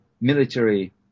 military